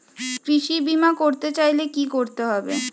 কৃষি বিমা করতে চাইলে কি করতে হবে?